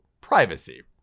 privacy